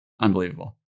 unbelievable